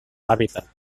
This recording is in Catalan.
hàbitat